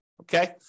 okay